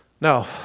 Now